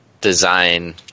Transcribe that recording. design